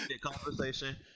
conversation